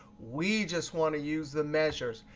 we just want to use the measures.